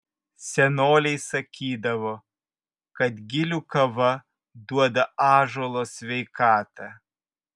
senoliai sakydavo kad gilių kava duoda ąžuolo sveikatą